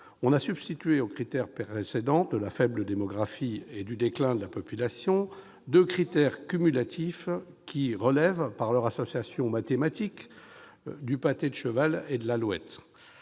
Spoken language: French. On a substitué aux critères précédents de la faible démographie et du déclin de la population deux critères cumulatifs qui relèvent, par leur association mathématique, du pâté de cheval et d'alouette